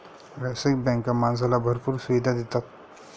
व्यावसायिक बँका माणसाला भरपूर सुविधा देतात